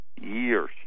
years